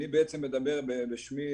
אני בעצם מדבר בשמי,